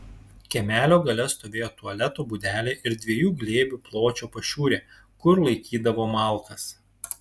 kiemelio gale stovėjo tualeto būdelė ir dviejų glėbių pločio pašiūrė kur laikydavo malkas